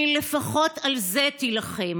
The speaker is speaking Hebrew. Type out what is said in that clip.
בני, לפחות על זה תילחם.